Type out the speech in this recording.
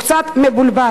הוא קצת מבולבל,